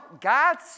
God's